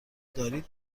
دارید